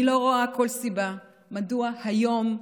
אני לא רואה סיבה מדוע היום,